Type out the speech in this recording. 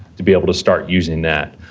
to be able to start using that.